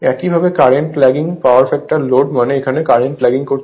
একইভাবে current lagging power factor load মানে এখানে কারেন্ট ল্যাগিং করছে